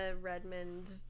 Redmond